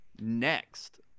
next